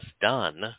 done